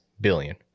billion